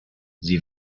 sie